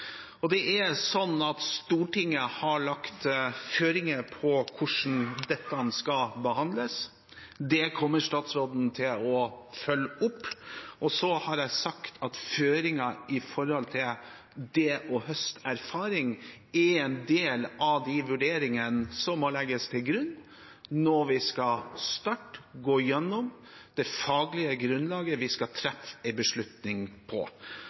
skal behandles. Det kommer statsråden til å følge opp. Så har jeg sagt at føringen med hensyn til det å høste erfaring er en del av de vurderingene som må legges til grunn når vi skal starte med å gå igjennom det faglige grunnlaget vi skal treffe en beslutning på.